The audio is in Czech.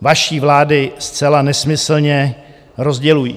vaší vlády zcela nesmyslně rozdělují.